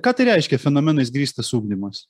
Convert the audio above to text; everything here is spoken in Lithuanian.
ką tai reiškia fenomenais grįstas ugdymas